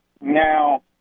Now